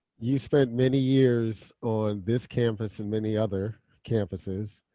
you spent many years on this campus and many other campuses,